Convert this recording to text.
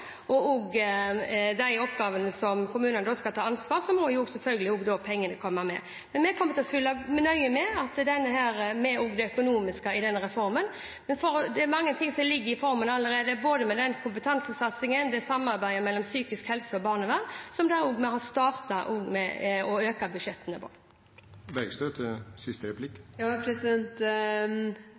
og også de oppgavene som kommunene skal ta ansvar for, må selvfølgelig også pengene følge med. Vi kommer til å følge nøye med på det økonomiske i denne reformen, men det er mange ting som ligger i reformen allerede – både kompetansesatsingen og samarbeidet mellom psykisk helse og barnevern – der vi har startet å øke budsjettene. Her er det bare å sette sin lit til